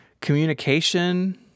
communication